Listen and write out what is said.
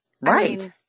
Right